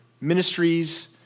Ministries